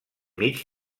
mig